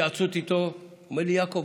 שבהתייעצויות רבות איתו אמר לי: יעקב,